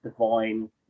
Divine